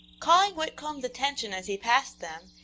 calling whitcomb's attention as he passed them,